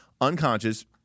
unconscious